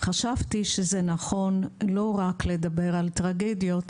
חשבתי שזה נכון לא רק לדבר על טרגדיות,